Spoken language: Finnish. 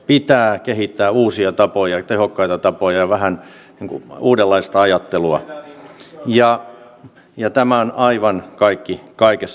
pitää kehittää uusia tehokkaita tapoja ja uudenlaista ajattelua ja tämä on aivan kaikki kaikessa